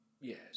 Yes